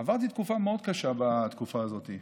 ועברתי תקופה קשה מאוד בתקופה הזאת.